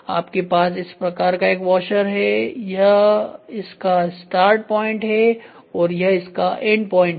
आपके पास इस प्रकार का एक वाशर है यह इसका स्टार्ट पॉइंट है और यह इसका एंडप्वाइंट है